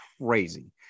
crazy